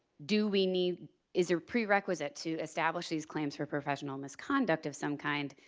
do we need is a prerequisite to establish these claims for professional misconduct of some kind,